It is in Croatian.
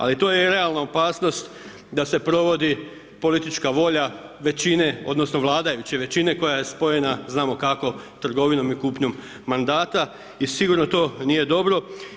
Ali to je i realna opasnost da se provodi politička volja većine odnosno vladajuće većine koja je spojena, znamo kako, trgovinom i kupnjom mandata i sigurno to nije dobro.